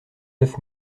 neuf